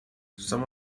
some